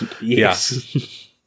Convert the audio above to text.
Yes